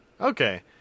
Okay